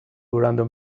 random